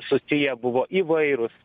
susiję buvo įvairūs